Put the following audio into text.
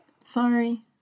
Sorry